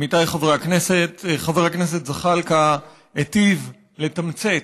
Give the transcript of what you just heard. עמיתיי חברי הכנסת, חבר הכנסת זחאלקה היטיב לתמצת